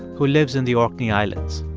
who lives in the orkney islands.